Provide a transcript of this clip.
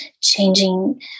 changing